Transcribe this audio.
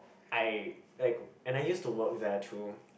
I like and I used to work there too